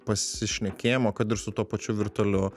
pasišnekėjimo kad ir su tuo pačiu virtualiu